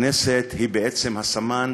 הכנסת היא בעצם הסמן,